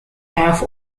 have